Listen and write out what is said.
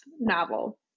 novel